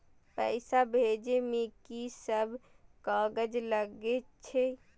पैसा भेजे में की सब कागज लगे छै?